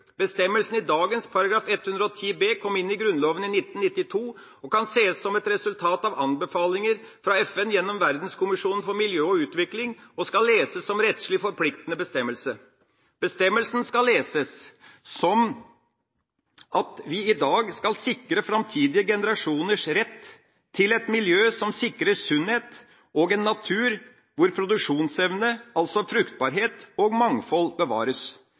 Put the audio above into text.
Bestemmelsen i dagens § 110 b kom inn i Grunnloven i 1992. Den kan ses som et resultat av anbefalinger fra FN gjennom verdenskommisjonen for miljø og utvikling og skal leses som en rettslig forpliktende bestemmelse. Bestemmelsen skal leses som at vi i dag skal sikre framtidige generasjoners rett til et miljø som sikrer sunnhet, og en natur hvor produksjonsevne – altså fruktbarhet – og mangfold bevares.